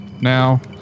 now